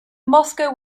moscow